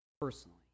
personally